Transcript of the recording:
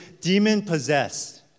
demon-possessed